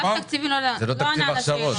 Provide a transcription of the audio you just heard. ברור שבנק --- אגף תקציבים לא ענה על השאלות.